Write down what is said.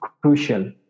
crucial